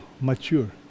mature